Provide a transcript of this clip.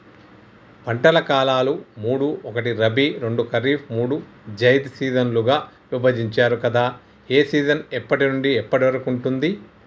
పంటల కాలాలు మూడు ఒకటి రబీ రెండు ఖరీఫ్ మూడు జైద్ సీజన్లుగా విభజించారు కదా ఏ సీజన్ ఎప్పటి నుండి ఎప్పటి వరకు ఉంటుంది?